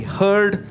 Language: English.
heard